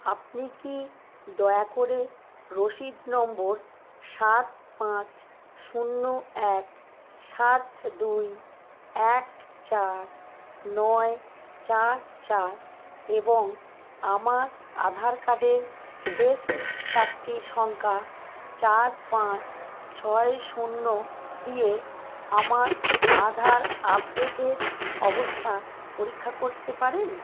আপনি কি দয়া করে রসিদ নম্বর সাত পাঁচ শূন্য এক সাত দুই এক চার নয় চার চার এবং আমার আধার কার্ডের শেষ চারটি সংখ্যা চার পাঁচ ছয় শূন্য দিয়ে আমার আধার আপডেটের অবস্থা পরীক্ষা করতে পারেন